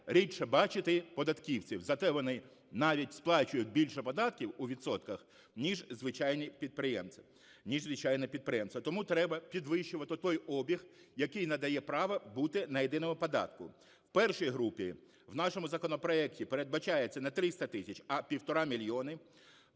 рідше бачити податківців, зате вони навіть сплачують більше податків у відсотках, ніж звичайні підприємці. Тому треба підвищувати той обіг, який надає право бути на єдиному податку. В першій групі в нашому законопроекті передбачається не 300 тисяч, а півтора мільйона,